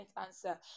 answer